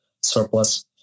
surplus